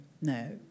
no